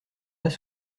pas